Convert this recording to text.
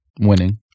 winning